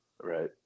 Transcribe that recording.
Right